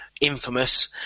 Infamous